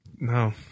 No